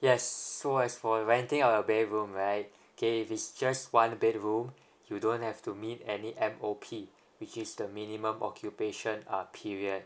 yes so as for renting out a bedroom right okay if it's just one bedroom you don't have to meet any M O P which is the minimum occupation uh period